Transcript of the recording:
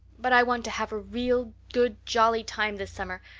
but i want to have a real good jolly time this summer,